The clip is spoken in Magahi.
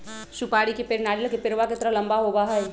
सुपारी के पेड़ नारियल के पेड़वा के तरह लंबा होबा हई